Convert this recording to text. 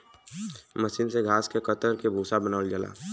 मसीन से घास के कतर के भूसा बनावल जाला